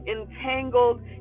entangled